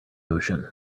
ocean